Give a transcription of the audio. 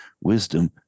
wisdom